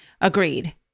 Agreed